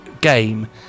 game